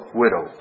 widow